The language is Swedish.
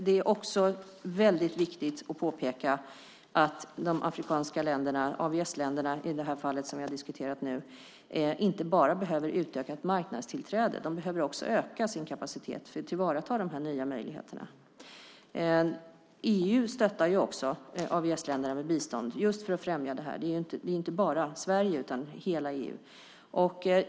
Det är också väldigt viktigt att påpeka att de afrikanska länderna, i det här fallet AVS-länderna som vi nu diskuterat, inte bara behöver utökat marknadstillträde. De behöver också öka sin kapacitet för att tillvarata de nya möjligheterna. EU stöttar också AVS-länderna med bistånd just för att främja det. Det gäller inte bara Sverige utan hela EU.